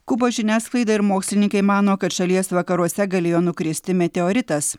kubos žiniasklaida ir mokslininkai mano kad šalies vakaruose galėjo nukristi meteoritas